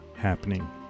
happening